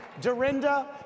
Dorinda